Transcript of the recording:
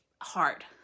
hard